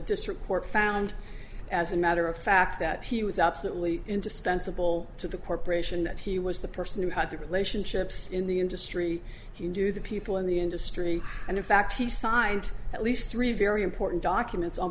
district court found as a matter of fact that he was absolutely indispensable to the corporation that he was the person who had the relationships in the industry he knew the people in the industry and in fact he signed at least three very important documents on